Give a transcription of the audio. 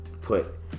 Put